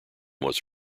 was